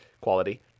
quality